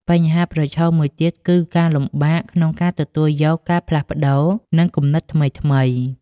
បញ្ហាប្រឈមមួយទៀត គឺការលំបាកក្នុងការទទួលយកការផ្លាស់ប្ដូរ និងគំនិតថ្មីៗ។